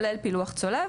כולל פילוח צולב.